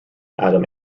atom